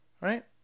right